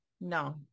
No